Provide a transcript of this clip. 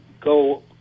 go